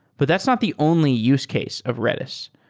but that's not the only use case of redis.